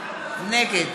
נגד